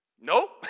nope